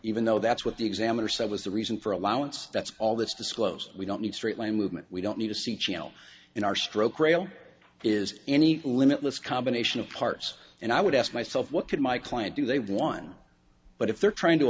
even though that's what the examiner said was the reason for allowance that's all that's disclosed we don't need straight line movement we don't need to see channel in our stroke rail is any limitless combination of parts and i would ask myself what could my client do they won but if t